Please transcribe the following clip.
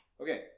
Okay